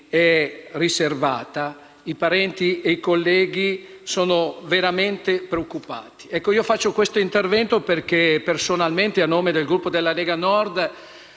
Grazie